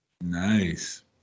Nice